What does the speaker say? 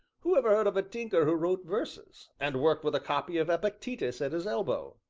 who ever heard of a tinker who wrote verses, and worked with a copy of epictetus at his elbow?